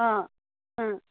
অ অ